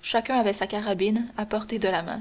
chacun avait sa carabine à portée de la main